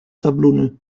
sablonneux